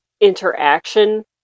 interaction